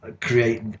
create